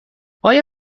آیا